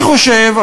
אני חושב,